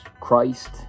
Christ